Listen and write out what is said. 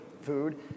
food